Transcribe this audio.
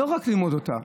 לא רק ללמוד אותה.